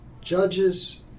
judges